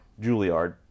Juilliard